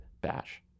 Bash